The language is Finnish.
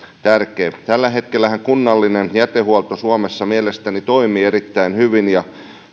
tärkeä tällä hetkellähän kunnallinen jätehuolto suomessa mielestäni toimii erittäin hyvin ja